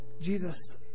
Jesus